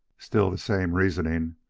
still the same reasoning.